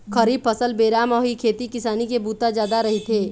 खरीफ फसल बेरा म ही खेती किसानी के बूता जादा रहिथे